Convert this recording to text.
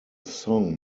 song